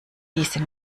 diese